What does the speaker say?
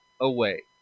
away